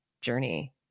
journey